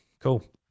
cool